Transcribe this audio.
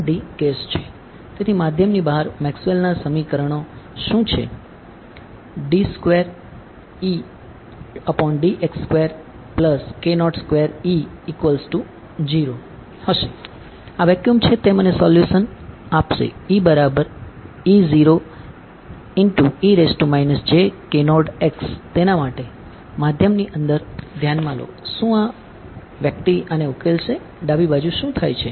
તેથી માધ્યમની બહાર મેક્સવેલનાં સમીકરણો શું છે હશે આ વેક્યૂમ છે તે મને સોલ્યુસન આપશે તેના માટે માધ્યમની અંદર ધ્યાનમાં લો શું આ વ્યક્તિ આને ઉકેલશે ડાબી બાજુ શું થાય છે